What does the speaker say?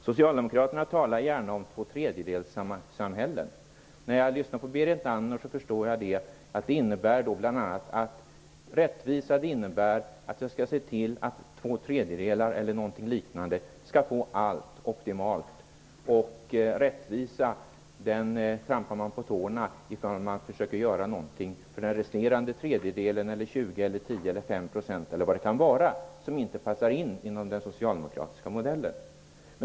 Socialdemokraterna talar gärna om tvåtredjedelssamhällen. När jag lyssnar på Berit Andnor förstår jag att det innebär bl.a. att rättvisa innebär att vi skall se till att två tredjedelar, eller liknande, skall få allt optimalt. Rättvisa trampar man på tårna ifall man försöker göra någonting för den resterande tredjedelen eller den fem, tio procenten eller vad det nu kan vara, som inte passar in i den socialdemokratiska modellen.